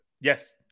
yes